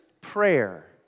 prayer